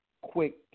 quick